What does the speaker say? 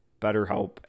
BetterHelp